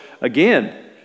again